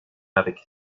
avec